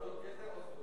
ככה זה נקרא?